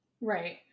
Right